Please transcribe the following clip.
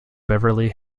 beverly